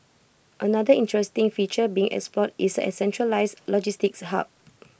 another interesting feature being explored is A centralised logistics hub